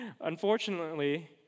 Unfortunately